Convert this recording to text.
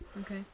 Okay